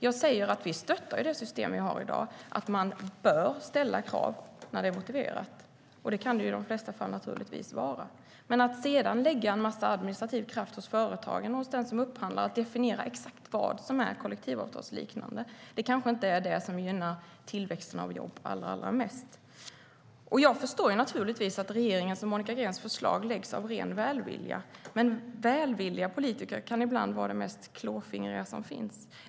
Jag säger att vi stöttar det system vi har i dag och att man bör ställa krav när det är motiverat, och det kan det naturligtvis vara i de flesta fall. Men att lägga en massa administrativ kraft hos företagen och hos den som upphandlar att definiera exakt vad som är kollektivavtalsliknande är kanske inte det som gynnar tillväxten av jobb allra mest. Jag förstår naturligtvis att regeringens och Monica Greens förslag läggs fram av ren välvilja, men välvilliga politiker kan ibland vara det mest klåfingriga som finns.